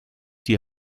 die